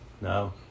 No